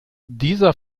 dieser